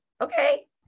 okay